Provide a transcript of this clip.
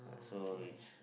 so it's